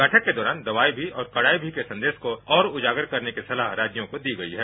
बैठक के दौरान दवाई भी और कठाई भी के संदेत को और उजागर करने की सलाह राज्यो को दी गई है